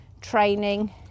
training